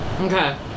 okay